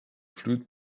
fluid